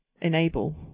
enable